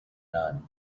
none